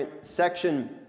section